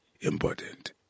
important